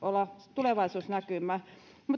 tulevaisuusnäkymää